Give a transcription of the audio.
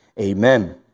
amen